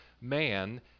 man